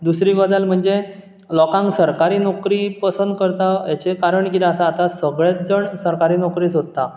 दुसरी गजाल म्हणजे लोकांक सरकारी नोकरी पसंद करता हेचें कारण कितें आसा आतां सगळेत जण सरकारी नोकरी सोदतात